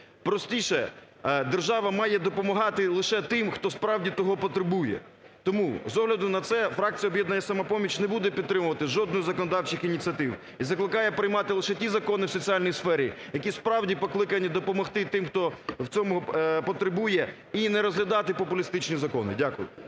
Простіше: держава має допомагати лише тим, хто справді того потребує. Тому, з огляду на це, фракція "Об'єднання "Самопоміч" не буде підтримувати жодних законодавчих ініціатив і закликає приймати лише ті закони в соціальній сфері, які справді покликані допомогти тим, хто в цьому потребує і не розглядати популістичні закони. Дякую.